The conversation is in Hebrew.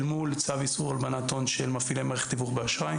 מול צו איסור הלבנת הון של מפעילי מערכת תיווך באשראי.